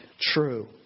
true